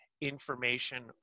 information